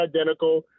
identical